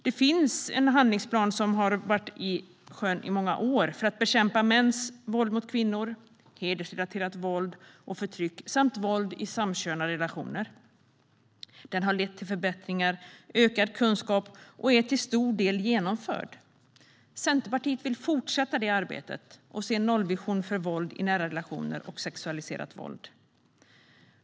Det finns en handlingsplan, som har varit i sjön i många år, för att bekämpa mäns våld mot kvinnor, hedersrelaterat våld och förtryck samt våld i samkönade relationer. Den har lett till förbättringar och ökad kunskap och är till stor del genomförd. Centerpartiet vill fortsätta det arbetet och se en nollvision för våld i nära relationer och för sexualiserat våld.